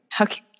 Okay